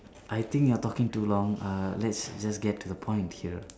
I think you're talking too long uh let's just get to the point in here